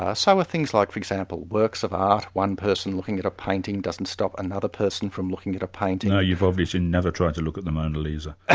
ah so are things like for example works of art, one person looking at a painting doesn't stop another person from looking at a painting. now you've obviously never tried to look at the mona lisa, and